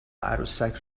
عروسک